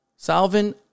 Salvin